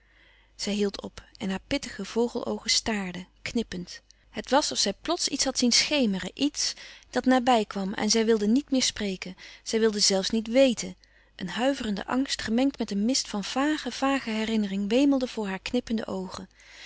zij hield op en hare pittige vogeloogen staarden knippend het was of zij plots iets had zien schemeren iets dat nabij kwam en zij wilde niet meer spreken zij wilde zelfs niet weten een huiverende angst gemengd met een mist van vage vage herinnering wemelde voor hare knippende oogen